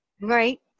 right